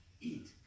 eat